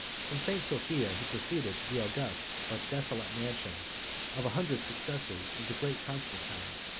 from st. sophia he proceeded to the august, but desolate mansion of a hundred successors of the great constantine,